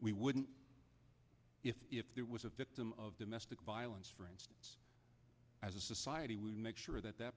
we wouldn't if there was a victim of domestic violence for instance as a society we make sure that that